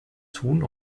tun